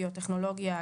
ביוטכנולוגיה,